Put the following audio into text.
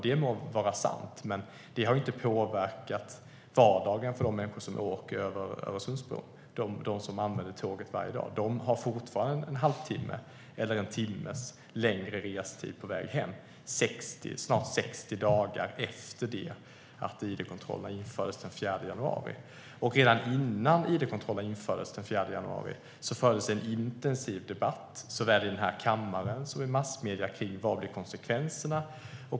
Det må vara sant, men det har inte påverkat vardagen för de människor som varje dag åker tåget över Öresundsbron. De har fortfarande en halv timme till en timmes längre restid på väg hem snart 60 dagar efter det att id-kontrollerna infördes den 4 januari. Redan innan id-kontrollerna infördes den 4 januari fördes en intensiv debatt såväl i kammaren som i massmedierna om konsekvenserna.